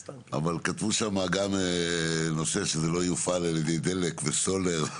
כתבו שם גם שזה לא יופעל על ידי דלק וסולר.